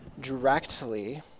directly